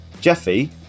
Jeffy